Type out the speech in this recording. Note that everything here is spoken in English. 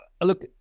Look